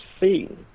seen